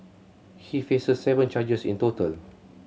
he faces seven charges in total